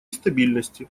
стабильности